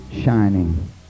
shining